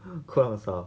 call 很少